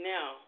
Now